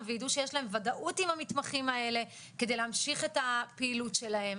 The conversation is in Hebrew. וידעו שיש להם ודאות עם המתמחים האלה כדי להמשיך את הפעילות שלהם.